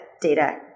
data